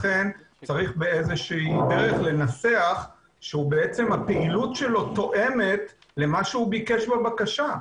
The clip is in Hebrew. צריך באיזושהי דרך לנסח שהפעילות שלו תואמת למה שהוא ביקש בבקשה.